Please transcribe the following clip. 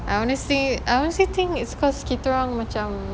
I honestly I honestly think it's cause kita orang macam